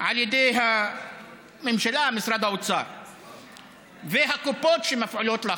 על ידי הממשלה ומשרד האוצר והקופות, שמפעילות לחץ,